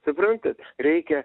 suprantat reikia